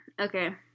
Okay